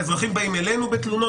האזרחים באים אלינו בתלונות,